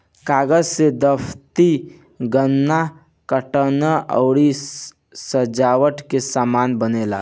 कागज से दफ्ती, गत्ता, कार्टून अउरी सजावट के सामान बनेला